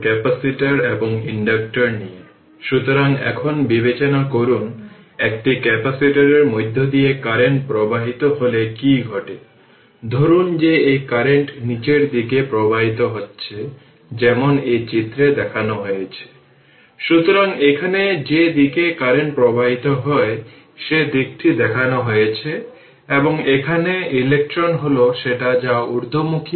capacitors and inductors অবিরত এই বিষয় হল ক্যাপাসিটর এবং ইন্ডাক্টর নিয়ে